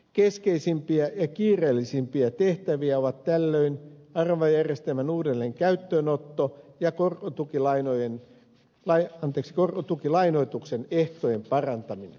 keskeisimpiä ja kiireellisimpiä tehtäviä ovat tällöin aravajärjestelmän uudelleen käyttöönotto ja korkotukilainoituksen ehtojen parantaminen